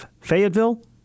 Fayetteville